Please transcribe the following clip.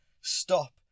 stop